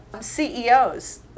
CEOs